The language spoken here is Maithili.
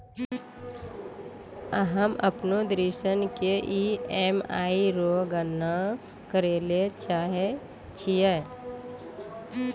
हम्म अपनो ऋण के ई.एम.आई रो गणना करैलै चाहै छियै